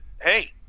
hey